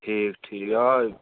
ٹھیٖک ٹھیٖک آ